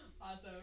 Awesome